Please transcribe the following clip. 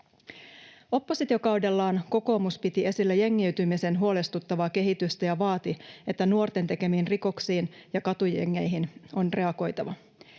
Oppositiokaudellaan kokoomus piti esillä jengiytymisen huolestuttavaa kehitystä ja vaati, että nuorten tekemiin rikoksiin ja katujengeihin on reagoitava.